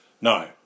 No